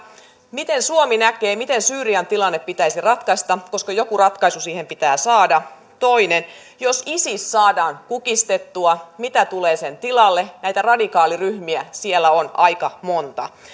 miten suomi näkee miten syyrian tilanne pitäisi ratkaista joku ratkaisu siihen pitää saada toinen jos isis saadaan kukistettua mitä tulee sen tilalle näitä radikaaliryhmiä siellä on aika monta